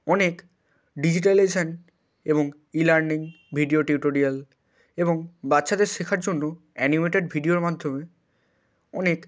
অনেক ডিজিটালাইজেশন এবং e learning video tutorial এবং বাচ্চাদের শেখার জন্য অ্যানিমেটেড ভিডিওর মাধ্যমে অনেক